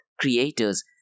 creators